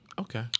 Okay